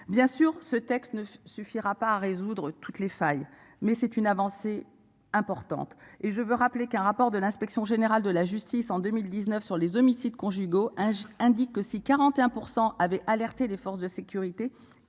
Bien sûr, ce texte ne suffira pas à résoudre toutes les failles mais c'est une avancée importante et je veux rappeler qu'un rapport de l'Inspection générale de la justice en 2019 sur les homicides conjugaux âge indique que si 41% avaient alerté les forces de sécurité,